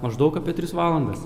maždaug apie tris valandas